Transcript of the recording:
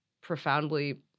profoundly